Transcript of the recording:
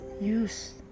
Use